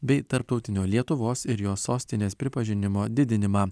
bei tarptautinio lietuvos ir jos sostinės pripažinimo didinimą